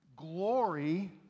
glory